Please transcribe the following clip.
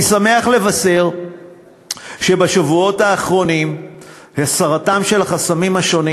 אני שמח לבשר שבשבועות האחרונים הסרתם של חסמים שונים